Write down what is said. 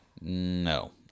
no